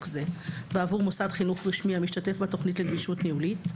זה בעבור מוסד חינוך רשמי המשתתף בתכנית לגמישות ניהולית,